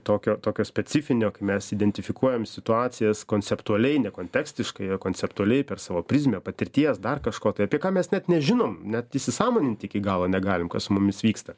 tokio tokio specifinio kai mes identifikuojam situacijas konceptualiai nekontekstiškai konceptualiai per savo prizmę patirties dar kažko tai apie ką mes net nežinom net įsisąmoninti iki galo negalim kas su mumis vyksta